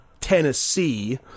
Tennessee